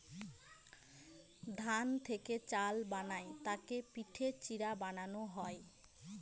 ধান থেকে চাল বানায় তাকে পিটে চিড়া বানানো হয়